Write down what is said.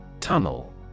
Tunnel